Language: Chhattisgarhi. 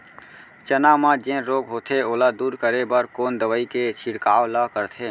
चना म जेन रोग होथे ओला दूर करे बर कोन दवई के छिड़काव ल करथे?